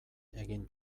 egin